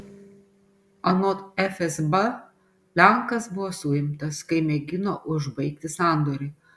anot fsb lenkas buvo suimtas kai mėgino užbaigti sandorį